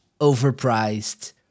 overpriced